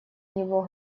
него